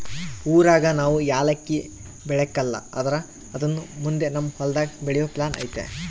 ಊರಾಗ ನಾವು ಯಾಲಕ್ಕಿ ಬೆಳೆಕಲ್ಲ ಆದ್ರ ಅದುನ್ನ ಮುಂದೆ ನಮ್ ಹೊಲದಾಗ ಬೆಳೆಯೋ ಪ್ಲಾನ್ ಐತೆ